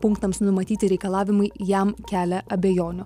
punktams numatyti reikalavimai jam kelia abejonių